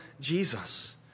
Jesus